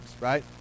right